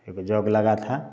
एगो जग लगा था